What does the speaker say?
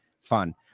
fun